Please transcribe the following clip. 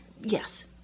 Yes